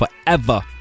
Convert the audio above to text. forever